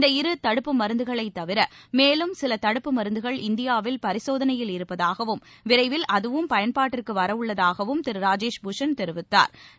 இந்த இரு தடுப்பு மருந்துகளை தவிர மேலும் சில தடுப்பு மருந்துகள் இந்தியாவில் பரிசோதனையில் இருப்பதாகவும் விரைவில் அதுவும் பயன்பாட்டிற்கு வரவுள்ளதாகவும் திரு ராஜேஷ் பூஷன் தெரிவித்தாா்